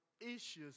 issues